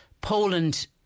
Poland